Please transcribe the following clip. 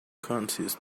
concise